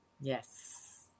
Yes